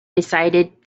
decided